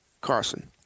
Carson